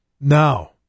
now